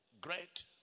Great